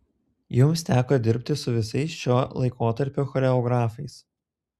jums teko dirbti su visais šio laikotarpio choreografais